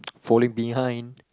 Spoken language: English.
falling behind